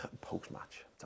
post-match